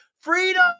Freedom